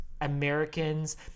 Americans